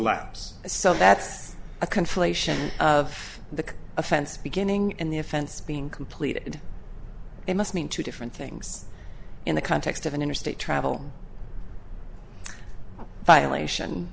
lapse so that's a conflation of the offense beginning and the offense being completed it must mean two different things in the context of an interstate travel violation